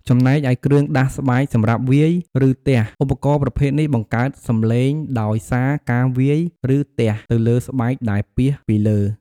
ចំណែកឯគ្រឿងដាសស្បែកសម្រាប់វាយ ឬទះ ឧបករណ៍ប្រភេទនេះបង្កើតសំឡេងដោយសារការវាយ ឬទះទៅលើស្បែកដែលពាសពីលើ។